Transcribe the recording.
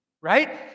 right